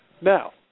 Now